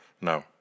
No